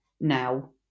now